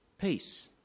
peace